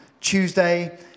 Tuesday